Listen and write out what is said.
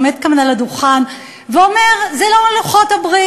עומד כאן על הדוכן ואומר: זה לא לוחות הברית.